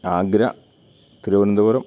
Agra Thiruvananthapuram